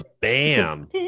Bam